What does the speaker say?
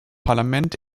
parlament